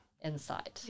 inside